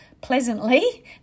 pleasantly